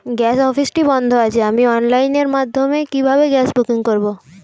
Gas অফিসটি বন্ধ আছে আমি অনলাইনের মাধ্যমে কিভাবে গ্যাস বুকিং করব?